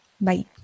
Bye